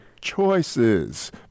choices